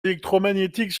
électromagnétiques